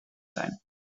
zijn